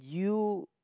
you